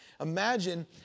imagine